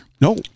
No